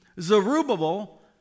Zerubbabel